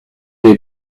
les